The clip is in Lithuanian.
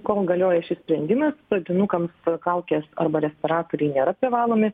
kol galioja šis sprendimas pradinukams kaukės arba respiratoriai nėra privalomi